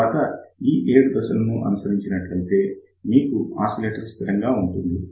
తరువాత ఈ ఏడు దశలను అనుసరించి నట్లయితే మీకు ఆసిలేటర్ సిద్ధంగా ఉంటుంది